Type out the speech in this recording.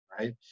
Right